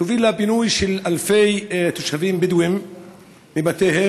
תוביל לפינוי של אלפי תושבים בדואים מבתיהם,